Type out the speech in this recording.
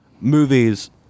movies